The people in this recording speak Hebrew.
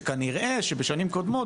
שכנראה שבשנים קודמות,